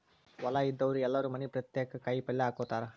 ಹೊಲಾ ಇದ್ದಾವ್ರು ಎಲ್ಲಾರೂ ಮನಿ ಪುರ್ತೇಕ ಕಾಯಪಲ್ಯ ಹಾಕೇಹಾಕತಾರ